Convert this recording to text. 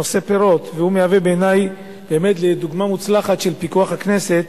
נושא פירות והוא מהווה בעיני באמת דוגמה מוצלחת לפיקוח הכנסת